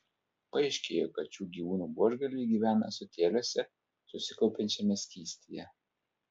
paaiškėjo kad šių gyvūnų buožgalviai gyvena ąsotėliuose susikaupiančiame skystyje